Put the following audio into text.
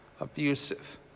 abusive